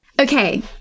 Okay